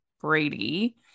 Brady